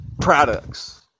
products